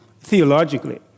theologically